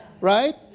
Right